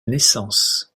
naissance